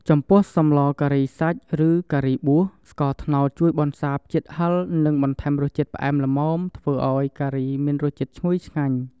ចំពោះសម្លការីសាច់ឬការីបួស ស្ករត្នោតជួយបន្សាបជាតិហឹរនិងបន្ថែមរសជាតិផ្អែមល្មម ធ្វើឱ្យការីមានរសជាតិឈ្ងុយឆ្ងាញ់។